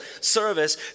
service